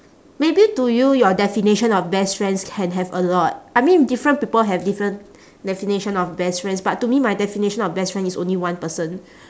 maybe to you your definition of best friends can have a lot I mean different people have different definition of best friends but to me my definition of best friend is only one person